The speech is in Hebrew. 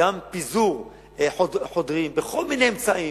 גם פיזור חודרים בכל מיני אמצעים.